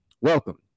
welcome